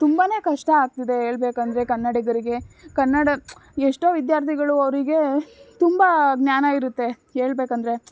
ತುಂಬ ಕಷ್ಟ ಆಗ್ತಿದೆ ಹೇಳ್ಬೇಕಂದ್ರೆ ಕನ್ನಡಿಗರಿಗೆ ಕನ್ನಡ ಎಷ್ಟೋ ವಿದ್ಯಾರ್ಥಿಗಳು ಅವರಿಗೆ ತುಂಬ ಜ್ಞಾನ ಇರುತ್ತೆ ಹೇಳ್ಬೇಕಂದ್ರೆ